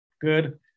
good